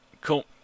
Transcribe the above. Cool